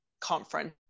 conference